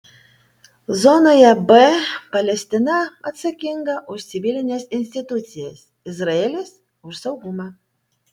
zonoje b palestina atsakinga už civilines institucijas izraelis už saugumą